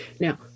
Now